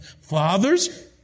Fathers